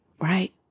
right